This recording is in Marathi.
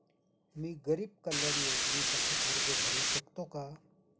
मी गरीब कल्याण योजनेसाठी अर्ज भरू शकतो का?